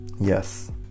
Yes